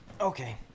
Okay